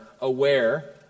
aware